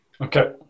Okay